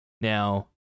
Now